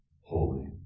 holy